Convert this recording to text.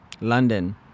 London